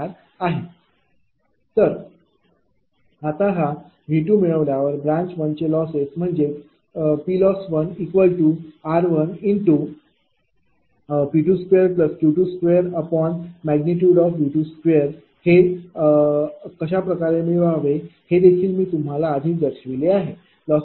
असणार आहे तर आता हा V मिळाल्यावर ब्रांच 1 चे लॉसेस म्हणजेच PLoss1r×P22Q2V22 हे कशाप्रकारे मिळवावे हे देखील मी तुम्हाल दर्शविले आहे